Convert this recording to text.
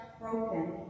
broken